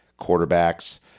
quarterbacks